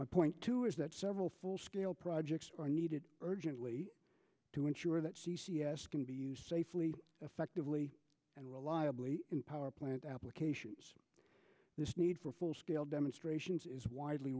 my point too is that several full scale projects are needed urgently to ensure that c c s can be used safely effectively and reliably in power plant applications this need for full scale demonstrations is widely